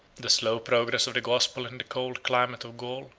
the slow progress of the gospel in the cold climate of gaul,